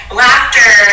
laughter